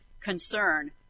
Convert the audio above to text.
concern